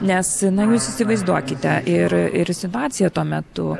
nes na jūs įsivaizduokite ir ir situaciją tuo metu